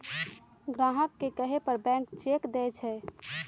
ग्राहक के कहे पर बैंक चेक देई छई